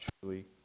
truly